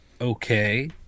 okay